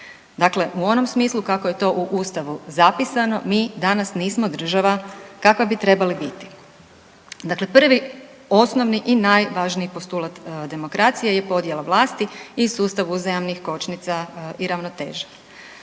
Dakle u onom smislu kako je to u ustavu zapisano mi danas nismo država kakva bi trebali biti, dakle prvi osnovni i najvažniji postulat demokracije je podjela vlasti i sustav uzajamnih kočnica i ravnoteže.